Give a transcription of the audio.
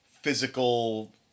physical